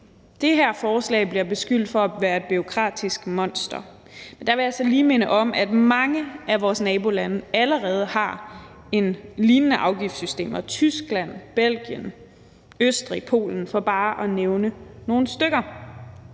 Det her forslag bliver beskyldt for at være et bureaukratisk monster. Der vil jeg så lige minde om, at mange af vores nabolande allerede har lignende afgiftssystemer – Tyskland, Belgien, Østrig, Polen for bare at nævne nogle stykker.